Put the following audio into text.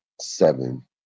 seven